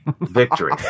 Victory